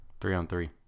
Three-on-three